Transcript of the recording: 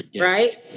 right